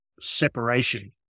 separation